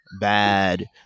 bad